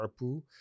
ARPU